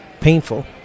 painful